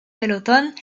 pelotón